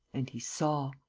and he saw.